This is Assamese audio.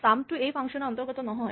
চাম টো এইটো ফাংচন ৰ অন্তৰ্গত নহয়